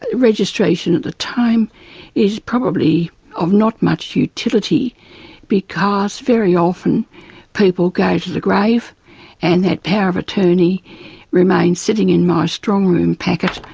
registration at the time is probably of not much utility because very often people go to the grave and that power of attorney remains sitting in my strongroom packet,